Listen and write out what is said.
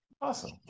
Awesome